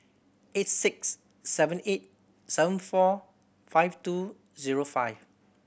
eight six seven eight seven four five two zero five